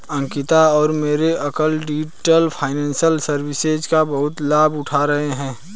अंकिता और मेरे uncle digital finance services का बहुत लाभ उठा रहे हैं